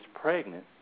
pregnant